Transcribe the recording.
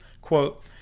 Quote